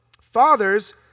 Fathers